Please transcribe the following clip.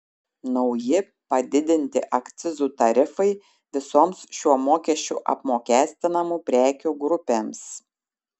nauji padidinti akcizų tarifai visoms šiuo mokesčiu apmokestinamų prekių grupėms